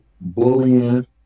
bullying